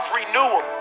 renewal